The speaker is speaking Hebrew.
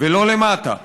ולא למטה,